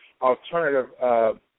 alternative